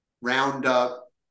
Roundup